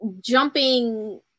jumping